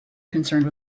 concerned